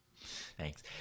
Thanks